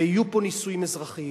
ויהיו פה נישואים אזרחיים,